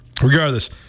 Regardless